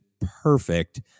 perfect